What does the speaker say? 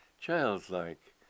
childlike